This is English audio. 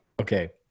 Okay